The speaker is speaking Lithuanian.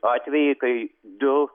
atvejį kai du